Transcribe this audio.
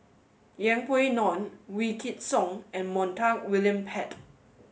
Yeng Pway Ngon Wykidd Song and Montague William Pett